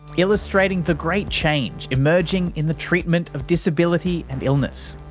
illustrating the great change emerging in the treatment of disability and illness.